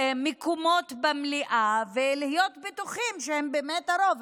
מקומות במליאה ולהיות בטוחים שהם באמת הרוב,